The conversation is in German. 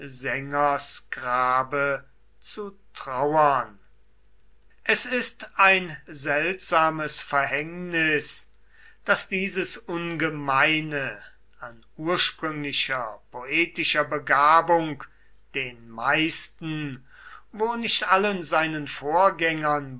es ist ein seltsames verhängnis daß dieses ungemeine an ursprünglicher poetischer begabung den meisten wo nicht allen seinen vorgängern